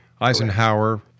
Eisenhower